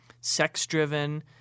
sex-driven